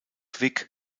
vic